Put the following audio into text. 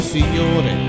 Signore